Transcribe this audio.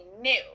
new